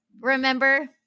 remember